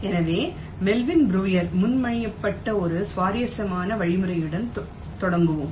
எனவே Melvin Breuer முன்மொழியப்பட்ட ஒரு சுவாரஸ்யமான வழிமுறையுடன் தொடங்குவோம்